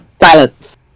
Silence